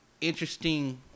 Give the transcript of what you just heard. interesting